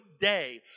day